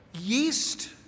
yeast